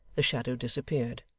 the shadow disappeared.